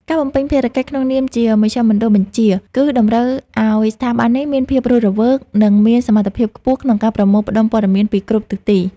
ការបំពេញភារកិច្ចក្នុងនាមជាមជ្ឈមណ្ឌលបញ្ជា គឺតម្រូវឱ្យស្ថាប័ននេះមានភាពរស់រវើក និងមានសមត្ថភាពខ្ពស់ក្នុងការប្រមូលផ្ដុំព័ត៌មានពីគ្រប់ទិសទី។